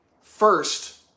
first